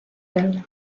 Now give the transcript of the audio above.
paz